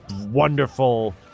wonderful